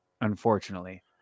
unfortunately